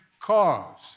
cause